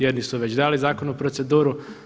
Jedni su već dali zakon u proceduru.